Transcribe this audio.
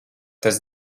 tas